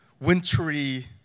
wintry